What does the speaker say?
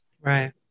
Right